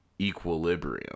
equilibrium